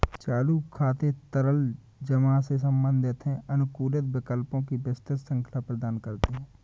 चालू खाते तरल जमा से संबंधित हैं, अनुकूलित विकल्पों की विस्तृत श्रृंखला प्रदान करते हैं